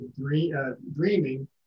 dreaming